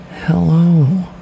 Hello